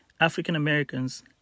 African-Americans